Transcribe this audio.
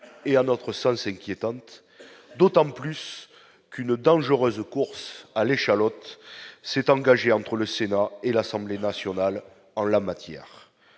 et à notre sol c'est inquiétante d'autant plus qu'une dangereuse course à l'échalote s'est engagé entre le Sénat et l'Assemblée nationale en la matière